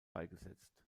beigesetzt